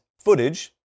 footage